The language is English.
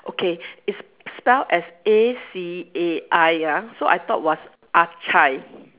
okay it's spell as A C A I ah so I thought was